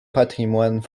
patrimoine